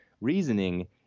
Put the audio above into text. reasoning